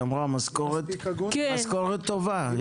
היא אמרה משכורת טובה.